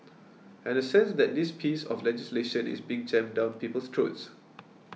and a sense that this piece of legislation is being jammed down people's throats